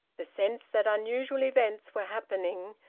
the sense that unusual events were happening,